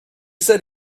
said